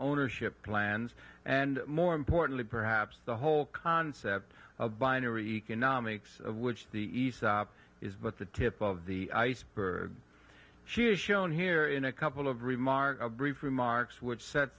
ownership plans and more importantly perhaps the whole concept of binary economics of which the aesop is but the tip of the iceberg she is shown here in a couple of remark a brief remarks which s